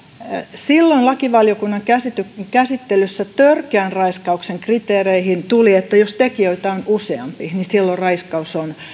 silloin lakivaliokunnan käsittelyssä käsittelyssä törkeän raiskauksen kriteereihin tuli että jos tekijöitä on useampi niin silloin raiskaus on